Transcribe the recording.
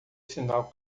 sinal